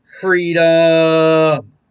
Freedom